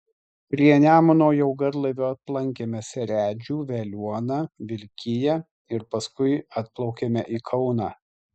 prie nemuno jau garlaiviu aplankėme seredžių veliuoną vilkiją ir paskui atplaukėme į kauną